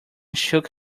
shook